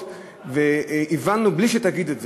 הבנו בלי שתגיד,